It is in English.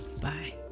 Bye